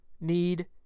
Need